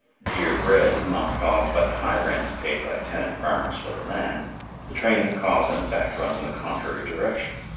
dear bread is not caused by the high rents paid by tenant farmers for the land the train of cause and effect runs in the contrary direction.